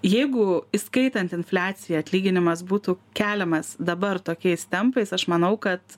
jeigu įskaitant infliaciją atlyginimas būtų keliamas dabar tokiais tempais aš manau kad